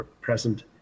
present